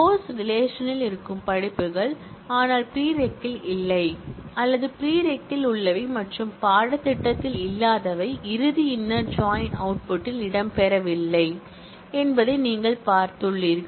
course ரிலேஷன்ல் இருக்கும் படிப்புகள் ஆனால் ப்ரீரெக்கில் இல்லை அல்லது ப்ரீரெக்கில் உள்ளவை மற்றும் பாடத்திட்டத்தில் இல்லாதவை இறுதி இன்னர் ஜாயின் அவுட்புட்டில் இடம்பெறவில்லை என்பதை நீங்கள் பார்த்துள்ளீர்கள்